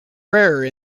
rarer